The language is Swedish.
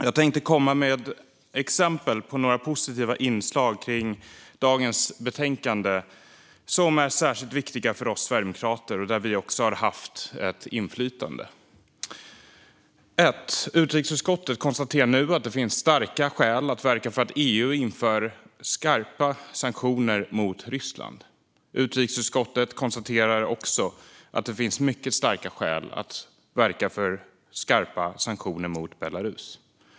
Jag tänkte komma med exempel på några positiva inslag kring dagens betänkande som är särskilt viktiga för oss sverigedemokrater och där vi också har haft ett inflytande. Utrikesutskottet konstaterar nu att det finns starka skäl att verka för att EU inför skärpta sanktioner mot Ryssland. Utrikesutskottet konstaterar också att det finns mycket starka skäl att verka för att EU inför skärpta sanktioner mot Belarus.